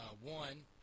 One